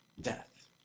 death